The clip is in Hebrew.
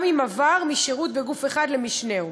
גם אם עבר משירות בגוף אחד למשנהו.